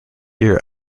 year